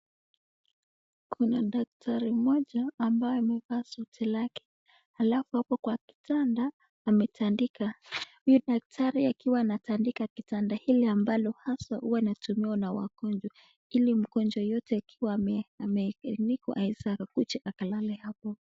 Kuna daktari mmoja ambaye amevaa suti lake ,alafu hapo kwa kitanda, ametandika. Huyu daktari akiwa anatandika kitanda hili ambalo haswa huwa inatumiwa na wagonjwa ili mgonjwa yoyote akiwa ameainikwa aweze akakuja akalala hapo.